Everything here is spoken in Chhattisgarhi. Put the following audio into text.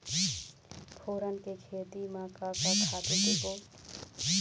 फोरन के खेती म का का खातू देबो?